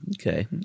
Okay